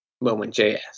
Moment.js